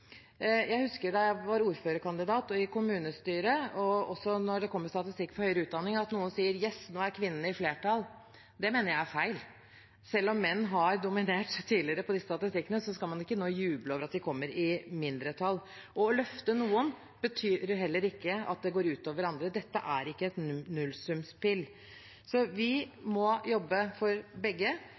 Jeg husker da jeg var ordførerkandidat og i kommunestyret – og også da det kom en statistikk for høyere utdanning – at noen sa: Yes, nå er kvinnene i flertall. Det mener jeg er feil. Selv om menn har dominert tidligere i disse statistikkene, skal man ikke nå juble over at de kommer i mindretall. Å løfte noen betyr heller ikke at det går ut over andre. Dette er ikke et nullsumspill. Så vi må jobbe for begge,